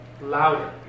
louder